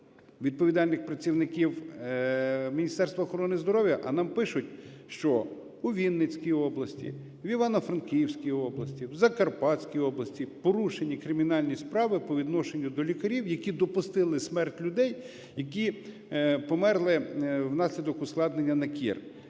відповідальних працівників Міністерства охорони здоров'я, а нам пишуть, що у Вінницькій області, в Івано-Франківській області, в Закарпатській області порушені кримінальні справи по відношенню до лікарів, які допустили смерть людей, які померли внаслідок ускладнення на кір.